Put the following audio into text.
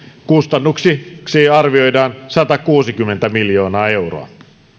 kustannuksiksi arvioidaan satakuusikymmentä miljoonaa euroa